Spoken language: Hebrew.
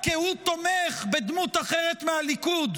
רק כי היא תומך בדמות אחרת מהליכוד,